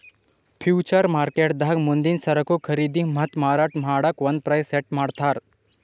future ಮಾರ್ಕೆಟ್ದಾಗ್ ಮುಂದಿನ್ ಸರಕು ಖರೀದಿ ಮತ್ತ್ ಮಾರಾಟ್ ಮಾಡಕ್ಕ್ ಒಂದ್ ಪ್ರೈಸ್ ಸೆಟ್ ಮಾಡ್ತರ್